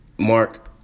Mark